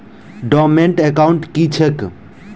Dormant account की छैक?